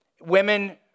Women